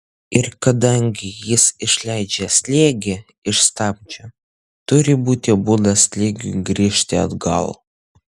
ir kadangi jis išleidžia slėgį iš stabdžių turi būti būdas slėgiui grįžti atgal